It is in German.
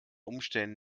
umständen